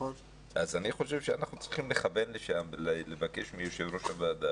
אז אני חושב שאנחנו צריכים לכוון לשם ולבקש מיושב ראש הוועדה